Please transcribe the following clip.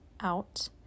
out